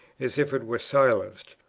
as if it were silenced,